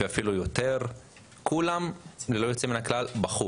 אפילו יותר וכולם, ללא יוצא מן הכלל, בכו